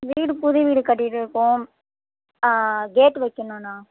வீடு புது வீடு கட்டிகிட்டு இருக்கோம் கேட்டு வைக்கணும்ணா